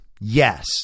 Yes